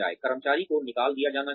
कर्मचारी को निकाल दिया जाना चाहिए